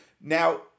now